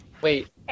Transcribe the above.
Wait